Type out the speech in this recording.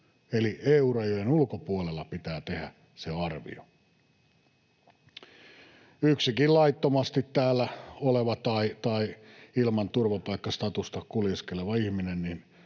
EU-rajojen ulkopuolella pitää tehdä se arvio. Yksikin laittomasti täällä oleva tai ilman turvapaikkastatusta kuljeskeleva ihminen